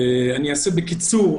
אני אומר בקיצור,